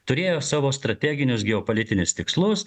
turėjo savo strateginius geopolitinius tikslus